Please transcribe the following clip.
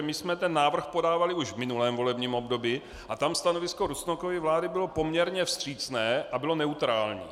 My jsme návrh podávali už v minulém volebním období a tam stanovisko Rusnokovy vlády bylo poměrně vstřícné a bylo neutrální.